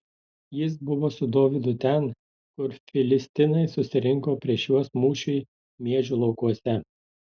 jis buvo su dovydu ten kur filistinai susirinko prieš juos mūšiui miežių laukuose